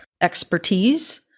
expertise